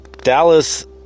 dallas